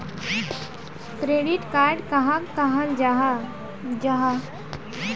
Credit card कहाक कहाल जाहा जाहा?